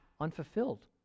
unfulfilled